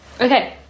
Okay